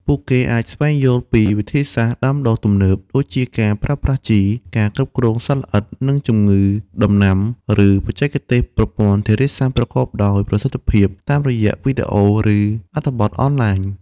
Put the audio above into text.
ពួកគេអាចស្វែងយល់ពីវិធីសាស្ត្រដាំដុះទំនើប ដូចជាការប្រើប្រាស់ជី ការគ្រប់គ្រងសត្វល្អិត និងជំងឺដំណាំ ឬបច្ចេកទេសប្រព័ន្ធធារាសាស្រ្តប្រកបដោយប្រសិទ្ធភាព តាមរយៈវីដេអូ ឬអត្ថបទអនឡាញ។